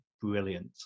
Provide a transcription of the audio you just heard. brilliant